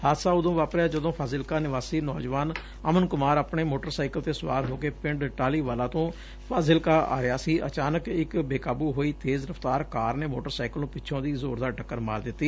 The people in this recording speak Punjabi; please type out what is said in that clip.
ਹਾਦਸਾ ਉਦੋ ਵਾਪਰਿਆ ਜਦੋ ਫਾਜਿਲਕਾ ਨਿਵਾਸੀ ਨੌਜਵਾਨ ਅਮਨ ਕੁਮਾਰ ਆਪਣੇ ਮੋਟਰਸਾਈਕਲ ਤੇ ਸਵਾਰ ਹੋਕੇ ਪਿੰਡ ਟਾਹਲੀਵਾਲ ਤੇ ਫਾਜਿਲਕਾ ਆ ਰਿਹਾ ਸੀ ਕਿ ਅਚਾਨਕ ਇਕ ਬੇਕਾਬੂ ਹੋਈ ਤੇਜ ਰਫਤਾਰ ਕਾਰ ਨੇ ਸੋਟਰਸਾਈਕਲ ਨੰ ਪਿੱਛੇ ਦੀ ਜੋਰਦਾਰ ਟੱਕਰ ਮਾਰ ਦਿੱਤੀ